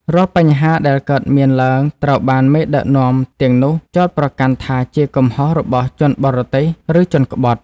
រាល់បញ្ហាដែលកើតមានឡើងត្រូវបានមេដឹកនាំទាំងនោះចោទប្រកាន់ថាជាកំហុសរបស់ជនបរទេសឬជនក្បត់។